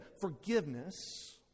Forgiveness